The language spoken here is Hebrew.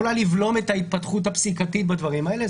לבלום את ההתפתחות הפסיקתית בדברים האלה.